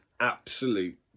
absolute